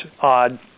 odd